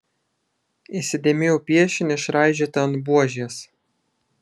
įsidėmėjau piešinį išraižytą ant buožės